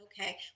okay